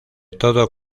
todo